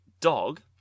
dog